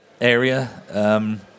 area